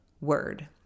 word